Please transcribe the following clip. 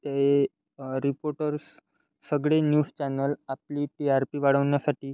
ते रिपोटर्स सगळे news channel आपली टी आर पी वाढवण्यासाठी